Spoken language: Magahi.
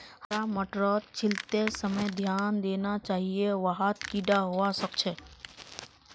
हरा मटरक छीलते समय ध्यान देना चाहिए वहात् कीडा हवा सक छे